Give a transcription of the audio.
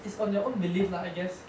it's on your own belief lah I guess